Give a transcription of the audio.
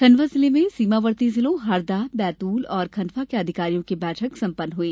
खंडवा जिले में सीमावर्ती जिलों हरदा बैतूल और खंडवा के अधिकारियों की बैठक संपन्न हुई